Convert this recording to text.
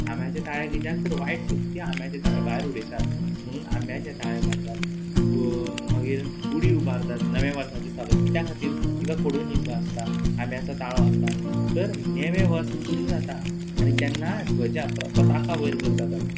आम्याचे ताळे किद्याक तर वायट शक्ती आम्याचे ताळे भायर उडयतात म्हुणून आम्याचे ताळे बानतात ब मागीर गुडी उबारतात नव्या वर्साचें स्वागत कित्या खातीर तिका कोडूनीम जो आसता आम्याचो ताळो आसता तर नेवें वर्स सुरू जाता आणी तेन्ना थंयच्या प्र पताखा वयर करतात आमी